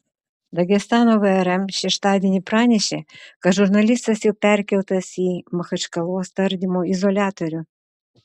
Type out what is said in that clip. dagestano vrm šeštadienį pranešė kad žurnalistas jau perkeltas į machačkalos tardymo izoliatorių